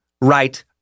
right